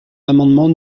l’amendement